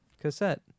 Cassette